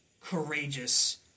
courageous